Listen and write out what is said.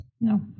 No